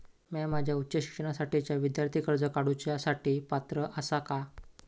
म्या माझ्या उच्च शिक्षणासाठीच्या विद्यार्थी कर्जा काडुच्या साठी पात्र आसा का?